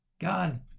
God